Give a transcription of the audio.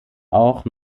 auch